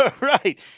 right